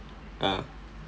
ah